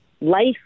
life